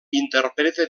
interpreta